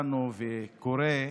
תקשורת,